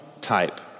type